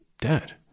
dad